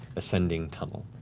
ascending tunnel.